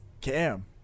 Cam